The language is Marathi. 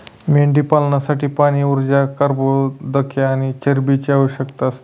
मेंढीपालनासाठी पाणी, ऊर्जा, कर्बोदके आणि चरबीची आवश्यकता असते